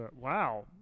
Wow